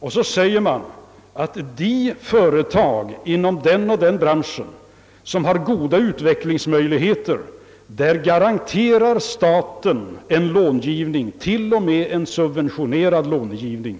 Därefter har man sagt att för de företag inom den och den branschen som har goda utvecklingsmöjligheter garanterar staten en långivning, t.o.m. en subventionerad långivning.